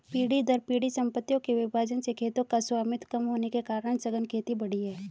पीढ़ी दर पीढ़ी सम्पत्तियों के विभाजन से खेतों का स्वामित्व कम होने के कारण सघन खेती बढ़ी है